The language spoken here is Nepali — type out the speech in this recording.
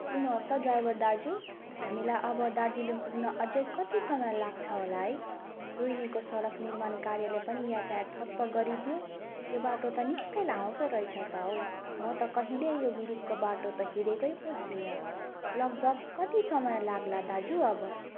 सुन्नु होस् त ड्राइभर दाजु हामीलाई अब दार्जिलिङ पुग्न अझ कति समय लाग्छ होला है रोहिनीको सडक निर्माण कार्याले पनि यतायात ठप्प गरिदियो यो बाटो त निकै लामो पो रहेछ त हौ म त कहिल्यै यो मिरिकको बाटो त हिँडेकै पो थिइनँ त लगभग कति समय लाग्ला दाजु अब